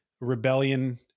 rebellion